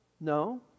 No